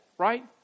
Right